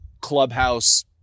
clubhouse